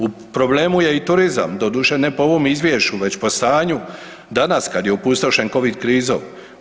U problemu je i turizma, doduše, ne po ovom Izvješću već po stanju danas, kad je opustošen Covid krizom.